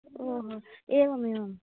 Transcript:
ओहो एवम् एवम्